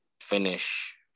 finish